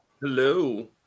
Hello